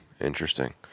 Interesting